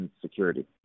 security